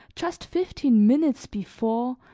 just fifteen minutes before,